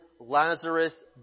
Lazarus